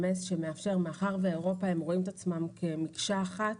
ICSMSומאחר והאירופאים רואים את עצמם כמקשה אחת,